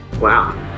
Wow